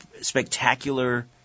spectacular